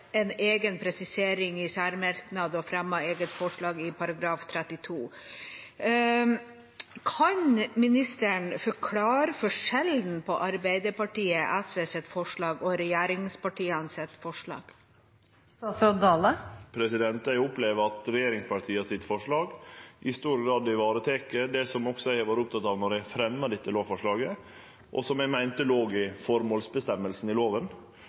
en egen presisering i særmerknad og fremmer eget forslag til § 32. Kan statsråden forklare forskjellen mellom Arbeiderpartiet og SVs forslag og regjeringspartienes forslag til vedtak? Eg opplever at regjeringspartia sitt forslag i stor grad varetek det som også eg var oppteken av då vi fremja dette lovforslaget, og som eg meinte låg i formålsføresegna i